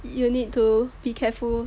you need to be careful